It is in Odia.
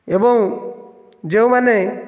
ଏବଂ ଯେଉଁମାନେ